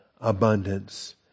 abundance